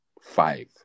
five